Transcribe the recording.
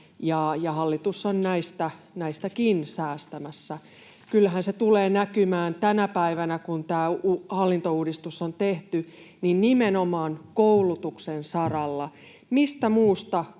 hallitus on näistäkin säästämässä. Kyllähän se tulee näkymään tänä päivänä, kun tämä hallintouudistus on tehty, nimenomaan koulutuksen saralla. Mistä muusta kunnilla on varaa